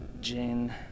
Jane